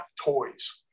toys